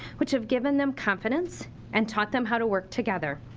which have given them confidence and taught them how to work together.